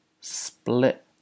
split